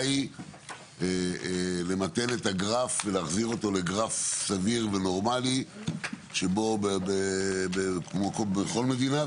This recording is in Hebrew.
היא למתן את הגרף ולהחזיר אותו להיות גרף סביר ונורמלי כמו בכל מדינה,